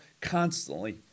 constantly